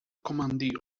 commanding